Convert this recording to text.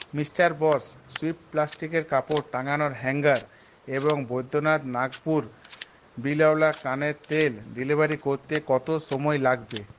mister boss swift প্লাস্টিকের কাপড় টাঙানোর হ্যাঙ্গার এবং বৈদ্যনাথ নাগপুর বিলওয়া কানের তেল ডেলিভারি করতে কত সময় লাগবে